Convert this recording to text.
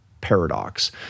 paradox